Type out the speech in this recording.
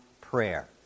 prayer